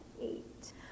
eight